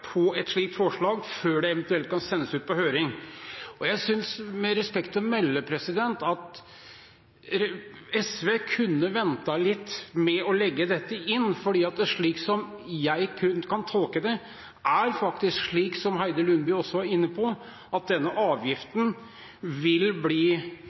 for et slikt forslag før det eventuelt kan sendes ut på høring. Jeg synes – med respekt å melde – at SV kunne ventet litt med å legge dette inn i sitt budsjett, for slik jeg kan tolke det, er det faktisk slik – som også Heidi Nordby Lunde var inne på – at denne avgiften vil bli